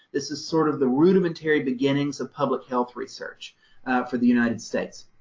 this is sort of the rudimentary beginnings of public health research for the united states.